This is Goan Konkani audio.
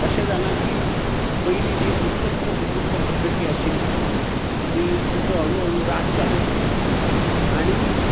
अशें जाला की पयली जी एकत्र कुटूंब पध्दती आशिल्ली ति तिचो हळू हळू रास जावंक लागला आनी